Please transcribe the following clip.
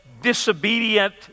disobedient